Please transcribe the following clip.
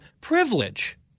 privilege